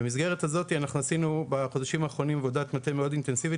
במסגרת הזאת אנחנו עשינו בחודשים האחרונים עבודת מטה מאוד אינטנסיבית